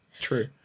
True